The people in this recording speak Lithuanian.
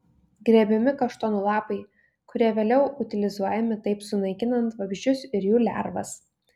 grėbiami kaštonų lapai kurie vėliau utilizuojami taip sunaikinant vabzdžius ir jų lervas